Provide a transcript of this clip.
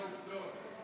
עובדות.